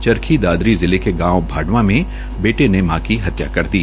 चरखी दादरी जिले के गांव भांडवा में बेटे ने मां की हत्या कर दी